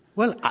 well,